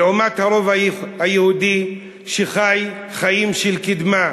לעומת הרוב היהודי, שחי חיים של קידמה,